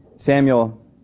Samuel